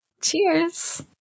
Cheers